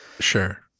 Sure